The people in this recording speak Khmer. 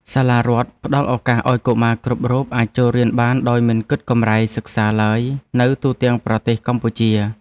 សាលារដ្ឋផ្តល់ឱកាសឱ្យកុមារគ្រប់រូបអាចចូលរៀនបានដោយមិនគិតកម្រៃសិក្សាឡើយនៅទូទាំងប្រទេសកម្ពុជា។